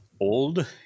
old